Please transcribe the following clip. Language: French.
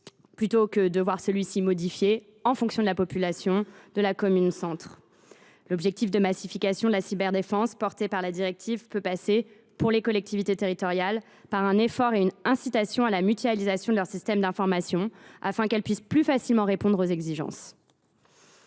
plutôt que de voir celui ci modifié en fonction de la population de la commune centre. L’objectif de massification de la cyberdéfense porté par la directive peut passer, pour les collectivités territoriales, par un effort et une incitation à la mutualisation de leurs systèmes d’information afin qu’elles puissent plus facilement répondre aux exigences.